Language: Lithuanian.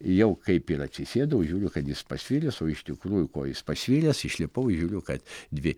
jau kaip ir atsisėdau žiūriu kad jis pasviręs o iš tikrųjų ko jis pasviręs išlipau ir žiūriu kad dvi